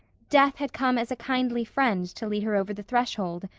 death had come as a kindly friend to lead her over the threshold,